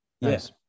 yes